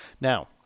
now